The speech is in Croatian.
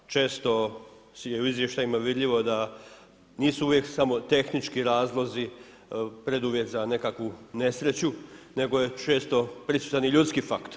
Često je u izvještajima vidljivo da nisu uvijek samo tehnički razlozi preduvjet za nekakvu nesreću nego je često prisutan i ljudski faktor.